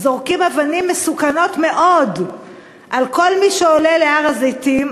זורקים אבנים מסוכנות מאוד על כל מי שעולה להר-הזיתים,